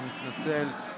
אני מתנצל.